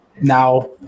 now